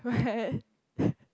what